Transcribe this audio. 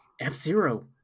F-Zero